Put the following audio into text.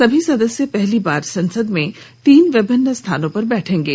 सभी सदस्य पहली बार संसद में तीन विभिन्न स्थानों पर बैठेंगे